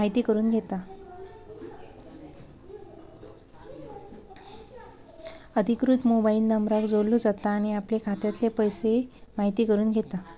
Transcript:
अधिकृत मोबाईल नंबराक जोडलो जाता आणि आपले खात्यातले पैशे म्हायती करून घेता